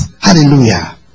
Hallelujah